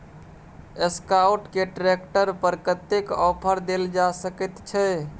Escort के tractor पर कतेक ऑफर दैल जा सकेत छै?